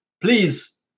please